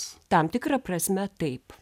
tam tikra prasme taip